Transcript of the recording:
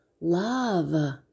love